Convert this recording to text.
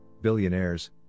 billionaires